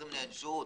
20 נענשו,